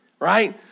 right